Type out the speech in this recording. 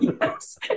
Yes